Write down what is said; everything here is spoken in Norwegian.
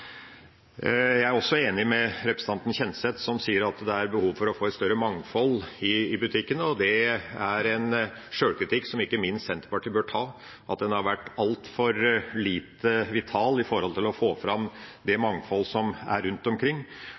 Jeg er også enig med representanten Kjenseth, som sier at det er behov for å få et større mangfold i butikkene. Det er en sjølkritikk som ikke minst Senterpartiet bør ta, at en har vært altfor lite vital når det gjelder å få fram det mangfold som er rundt omkring.